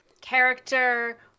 character